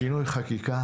שינוי חקיקה